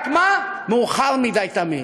רק מה, מאוחר מדי, תמיד.